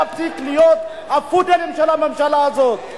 להפסיק להיות הפודלים של הממשלה הזאת.